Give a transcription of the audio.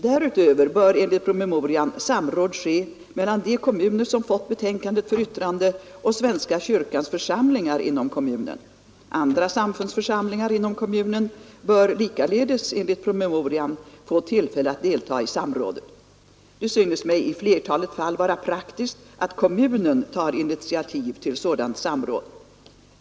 Därutöver bör enligt promemorian samråd ske mellan de kommuner som fått betänkandet för yttrande och svenska kyrkans församlingar inom kommunen. Andra samfunds församlingar inom kommunen bör likaledes enligt promemorian få tillfälle att deltaga i samrådet. Det synes mig i flertalet fall vara praktiskt att kommunen tar initiativ till sådant samråd.